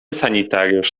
sanitariusz